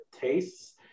tastes